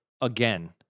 again